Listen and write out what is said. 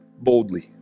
boldly